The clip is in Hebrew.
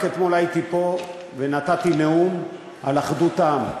רק אתמול הייתי פה ונתתי נאום על אחדות העם,